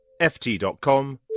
FT.com